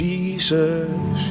Jesus